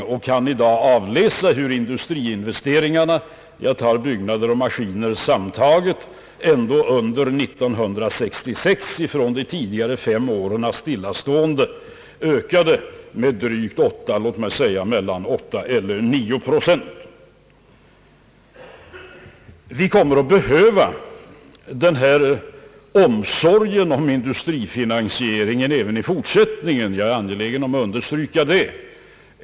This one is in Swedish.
Investeringarna i byggnader och maskiner, som tidigare stått stilla under fem år, ökade tillsammans under 1966 med mellan 8 och 9 procent. Vi kommer att behöva ägna industrifinansieringen särskild omsorg även i fortsättningen, det är jag angelägen att understryka.